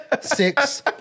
six